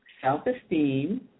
self-esteem